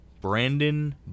Brandon